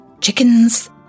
Chickens